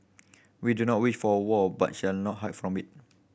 we do not wish for a war but shall not hide from it